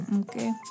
okay